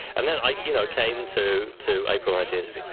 and then you know came to to april ideas.